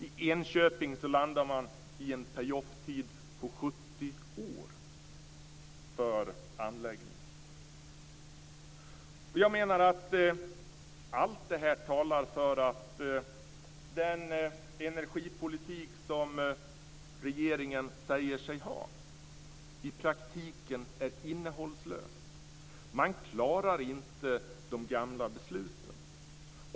I Enköping landar man på en pay-off-tid på 70 år för anläggningen. Jag menar att allt detta talar för att den energipolitik som regeringen säger sig ha i praktiken är innehållslös. Man klarar inte att genomföra de gamla besluten.